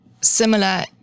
similar